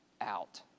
out